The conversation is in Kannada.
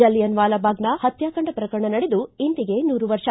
ಜಲಿಯನ್ ವಾಲಾಬಾಗ್ನ ಪತ್ಕಾಕಾಂಡ ಪ್ರಕರಣ ನಡೆದು ಇಂದಿಗೆ ನೂರು ವರ್ಷ